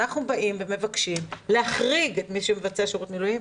אנחנו באים ומבקשים להחריג את מי שמבצע שירות מילואים.